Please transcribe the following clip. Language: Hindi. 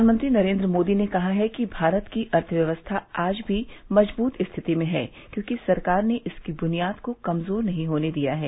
प्रधानमंत्री नरेंद्र मोदी ने कहा है कि भारत की अर्थव्यवस्था आज भी मजबूत स्थिति में है क्योंकि सरकार ने इसकी बुनियाद को कमजोर नहीं होने दिया है